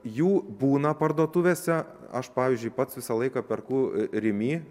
jų būna parduotuvėse aš pavyzdžiui pats visą laiką perku rimi